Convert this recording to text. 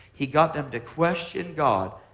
he got them to question god.